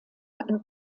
ein